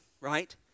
right